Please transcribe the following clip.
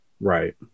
right